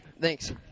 Thanks